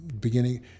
beginning